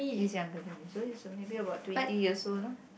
he's younger than you so he's maybe about twenty years old lah